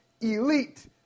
elite